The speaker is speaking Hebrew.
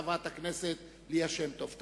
חברת הכנסת ליה שמטוב.